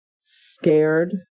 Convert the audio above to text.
scared